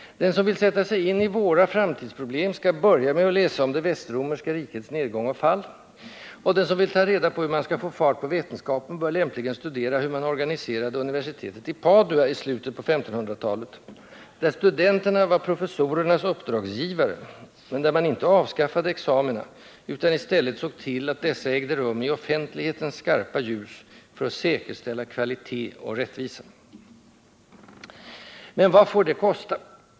Den som vill sätta sig in i våra framtidsproblem skall börja med att läsa om det Västromerska rikets nedgång och fall, och den som vill ta reda på hur man skall få fart på vetenskapen bör lämpligen studera hur man organiserade universitetet i Padua i slutet av 1500-talet, där studenterna var professorernas uppdragsgivare, men där man inte avskaffade examina utan i stället såg till att dessa ägde rum i offentlighetens skarpa ljus för att säkerställa kvalitet och rättvisa. Men - vad får det kosta?